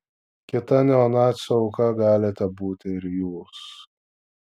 kita neonacių auka galite būti ir jūs